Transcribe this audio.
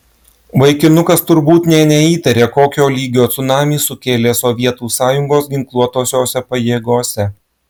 vaikinukas turbūt nė neįtarė kokio lygio cunamį sukėlė sovietų sąjungos ginkluotosiose pajėgose